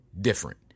different